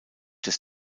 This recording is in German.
des